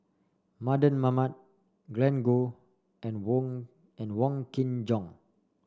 Mardan Mamat Glen Goei and Wong and Wong Kin Jong